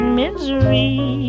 misery